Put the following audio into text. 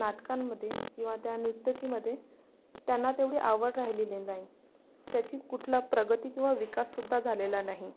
नाटकांमध्ये किंवा त्या नृत्यकीमध्ये त्यांना तेवढी आवड राहिलेली नाही त्याची कुठला प्रगती किंवा विकाससुद्धा झालेला नाही